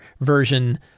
version